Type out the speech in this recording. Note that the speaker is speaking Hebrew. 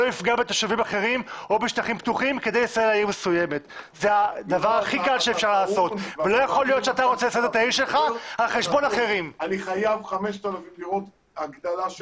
תחשבו אתם, תורידו את סירקין הגדולה.